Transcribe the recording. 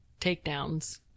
takedowns